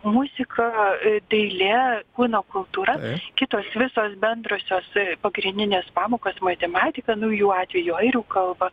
muzika dailė kūno kultūra kitos visos bendrosios pagrindinės pamokos atematika nu jų atveju airių kalba